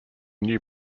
new